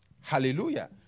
Hallelujah